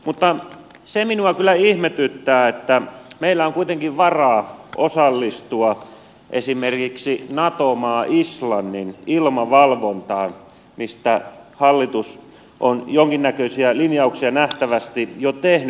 mutta se minua kyllä ihmetyttää että meillä on kuitenkin varaa osallistua esimerkiksi nato maa islannin ilmavalvontaan mistä hallitus on jonkinnäköisiä linjauksia nähtävästi jo tehnyt